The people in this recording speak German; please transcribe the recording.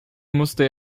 musste